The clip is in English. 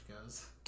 goes